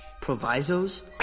Provisos